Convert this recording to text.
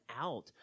out